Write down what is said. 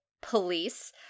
police